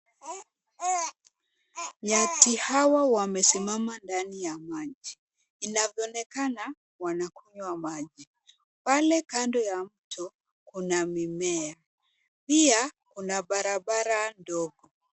Nyati hawa wamesimama ndani ya maji. Inavyoonekana wanakunywa maji. Pale kando ya mto kuna mimea. Pia kuna barabara ndogo.